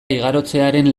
igarotzearen